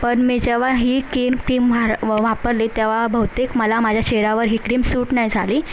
पण मी जेव्हा ही कीम क्रीम व वापरली तेव्हा बहुतेक मला माझ्या चेहऱ्यावर ही क्रीम सूट नाही झाली